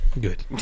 Good